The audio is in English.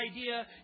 idea